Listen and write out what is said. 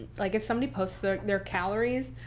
like if somebody posts their their calories,